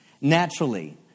naturally